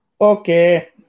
okay